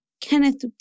Kenneth